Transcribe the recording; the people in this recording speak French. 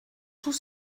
tout